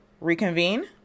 reconvene